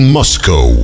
Moscow